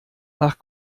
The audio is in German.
nach